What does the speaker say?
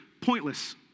pointless